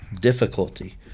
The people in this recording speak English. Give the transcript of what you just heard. difficulty